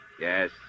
Yes